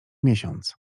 miesiąc